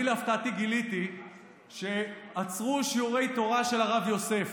אני להפתעתי גיליתי שעצרו שיעורי תורה של הרב יוסף,